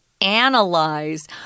analyze